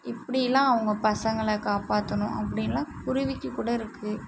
இப்படிலாம் அவங்க பசங்களை காப்பாற்றணும் அப்படின்லாம் குருவிக்குக்கூட இருக்கு